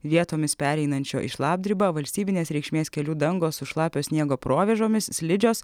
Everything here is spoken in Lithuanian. vietomis pereinančio į šlapdribą valstybinės reikšmės kelių dangos su šlapio sniego provėžomis slidžios